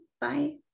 Bye